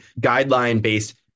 guideline-based